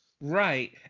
Right